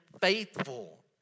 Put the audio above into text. faithful